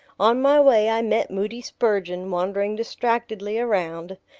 on my way i met moody spurgeon wandering distractedly around.